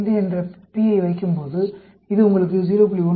05 என்ற p ஐ வைக்கும் போது இது உங்களுக்கு 0